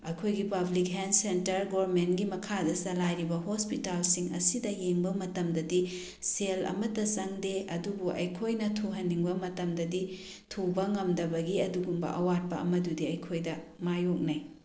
ꯑꯩꯈꯣꯏꯒꯤ public health centre ꯒꯚꯔꯟꯃꯦꯟꯒꯤ ꯃꯈꯥꯗ ꯆꯂꯥꯏꯔꯤꯕ ꯍꯣꯁꯄꯤꯇꯥꯜꯁꯤꯡ ꯑꯁꯤꯗ ꯌꯦꯡꯕ ꯃꯇꯝꯗꯗꯤ ꯁꯦꯜ ꯑꯃꯠꯇ ꯆꯪꯗꯦ ꯑꯗꯨꯕꯨ ꯑꯩꯈꯣꯏꯅ ꯊꯨꯍꯟꯅꯤꯡꯕ ꯃꯇꯝꯗꯗꯤ ꯊꯨꯕ ꯉꯝꯗꯕꯒꯤ ꯑꯗꯨꯒꯨꯝꯕ ꯑꯋꯥꯠꯄ ꯑꯃꯗꯨꯗꯤ ꯑꯩꯈꯣꯏꯗ ꯃꯥꯏꯌꯣꯛꯅꯩ